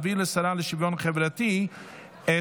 וכן החלטת הממשלה להעביר לשרה לשוויון חברתי את